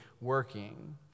working